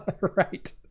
Right